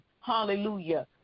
hallelujah